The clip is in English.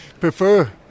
prefer